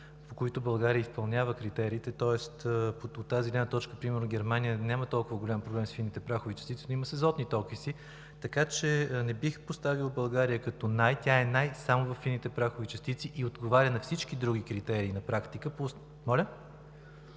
по които България изпълнява критериите. Тоест от тази гледна точка примерно Германия няма толкова голям проблем с фините прахови частици, но има с азотните окиси, така че не бих поставил България като най – тя е най само във фините прахови частици и отговаря на всички други критерии на практика по…